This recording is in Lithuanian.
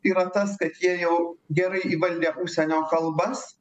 yra tas kad jie jau gerai įvaldę užsienio kalbas